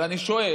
אבל אני שואל,